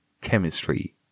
chemistry